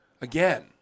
Again